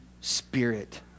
spirit